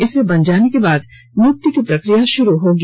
इसे बन जाने के बाद नियुक्ति की प्रक्रिया शुरू होगी